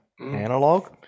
Analog